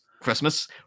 Christmas